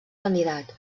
candidat